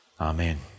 Amen